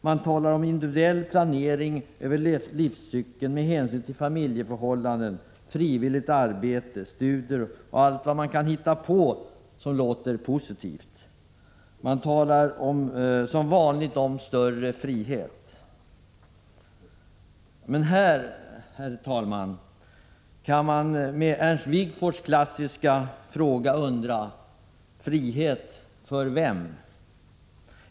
Man talar om individuell planering över livscykeln med hänsyn till familjeförhållanden, frivilligt arbete, studier och allt vad man kan hitta på som låter positivt. Man talar som vanligt om större frihet. Men här kan man med Ernst Wigforss klassiska fråga undra: Frihet för vem?